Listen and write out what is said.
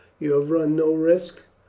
you have run no risks,